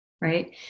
Right